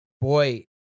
Boy